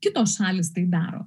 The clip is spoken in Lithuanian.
kitos šalys tai daro